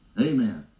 Amen